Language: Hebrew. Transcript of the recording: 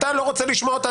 ואתה לא רוצה לשמוע אותה,